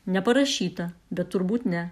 neparašyta bet turbūt ne